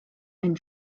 and